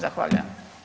Zahvaljujem.